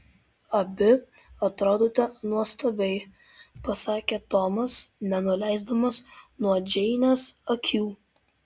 abi atrodote nuostabiai pasakė tomas nenuleisdamas nuo džeinės akių